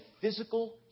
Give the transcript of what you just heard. physical